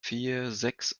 viersechs